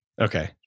Okay